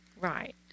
Right